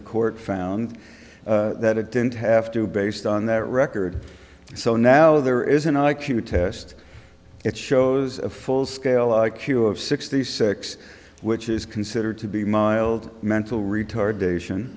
the court found that it didn't have to based on that record so now there is an i q test it shows a full scale i q of sixty six which is considered to be mild mental retardation